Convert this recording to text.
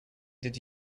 did